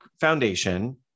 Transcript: foundation